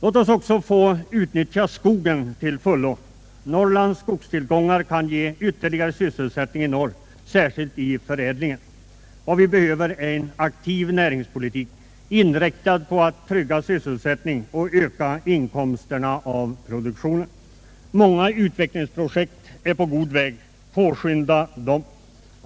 Låt oss utnyttja skogen till fullo! Norrlands skogstillgångar kan ge ytterligare sysselsättning i norr, särskilt inom förädlingen. Vad vi behöver är en aktiv näringspolitik, inriktad på att trygga sysselsättningen och öka inkomsterna av produktionen. Många utvecklingsprojekt är på god väg. Påskynda dem!